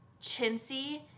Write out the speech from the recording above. chintzy